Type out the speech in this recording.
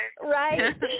Right